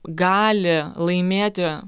gali laimėti